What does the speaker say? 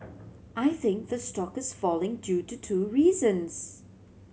I think the stock is falling due to two reasons